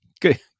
Good